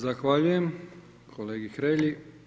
Zahvaljujem kolegi Hrelji.